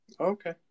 okay